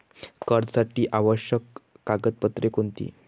कर्जासाठी आवश्यक कागदपत्रे कोणती?